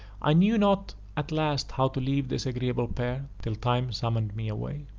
i knew not at last how to leave this agreeable pair, till time summoned me away.